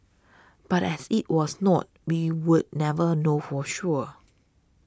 but as it was not we will never know for sure